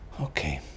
Okay